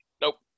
Nope